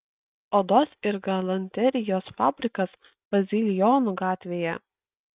odos ir galanterijos fabrikas bazilijonų gatvėje